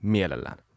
Mielellään